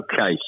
Okay